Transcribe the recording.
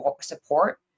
support